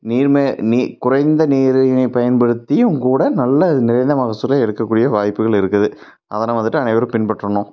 நீர் குறைந்த நீரினை பயன்படுத்தியும் கூட நல்ல நிறைந்த மகசூலை எடுக்கக்கூடிய வாய்ப்புகள் இருக்குது அதனை வந்துவிட்டு அனைவரும் பின்பற்றணும்